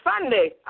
Sunday